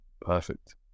Perfect